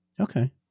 Okay